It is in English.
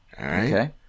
Okay